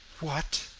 what?